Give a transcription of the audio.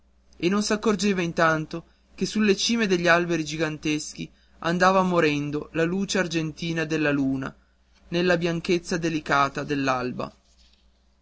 e non s'accorgeva intanto che sulle cime degli alberi giganteschi andava morendo la luce argentina della luna nella bianchezza delicata